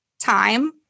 time